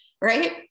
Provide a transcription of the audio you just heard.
right